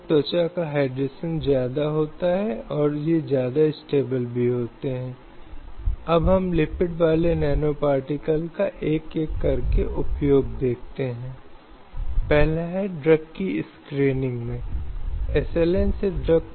slide समय देखें 2150 जब हम भिखारी के कार्य को संदर्भित करते हैं तो शब्द का अर्थ है भुगतान के बिना अनैच्छिक कार्य